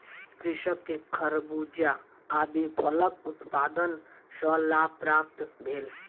कृषक के खरबूजा आदि फलक उत्पादन सॅ लाभ प्राप्त भेल